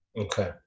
Okay